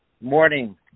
Morning